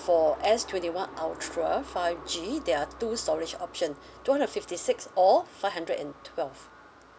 for S twenty one ultra five G there are two storage option two hundred and fifty six or five hundred and twelve